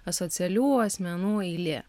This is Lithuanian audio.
asocialių asmenų eilė